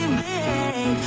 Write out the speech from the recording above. baby